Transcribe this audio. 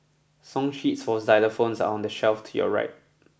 song sheets for xylophones are on the shelf to your right